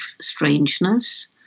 strangeness